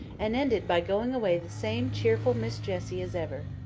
and ended by going away the same cheerful miss jessie as ever.